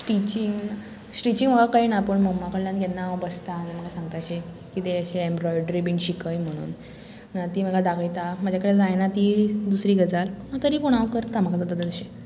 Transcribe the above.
stitching stitching म्हाका कळना पूण मम्मा कडल्यान केन्ना हांव बसता आनी म्हाका सांगता अशें किदें अशें एम्ब्रॉयड्री बीन शिकय म्हणून ती म्हाका दाखयता म्हजे कडेन जायना ती दुसरी गजाल तरी पूण हांव करता म्हाका जाता तशें